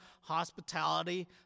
hospitality